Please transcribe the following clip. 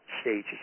stages